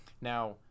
Now